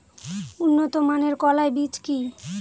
উন্নত মানের কলাই বীজ কি?